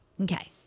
Okay